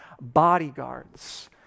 bodyguards